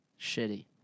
Shitty